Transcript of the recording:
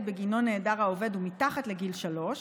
בגינו נעדר העובד הוא מתחת לגיל שלוש,